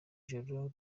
joro